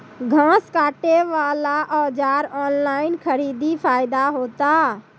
घास काटे बला औजार ऑनलाइन खरीदी फायदा होता?